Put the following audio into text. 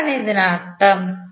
എന്താണ് ഇതിനർത്ഥം